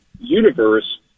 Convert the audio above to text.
universe